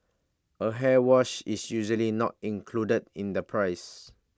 A hair wash is usually not included in the price